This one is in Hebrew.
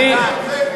העובדות.